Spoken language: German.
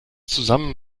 zusammen